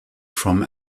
from